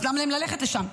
אז למה להם ללכת לשם?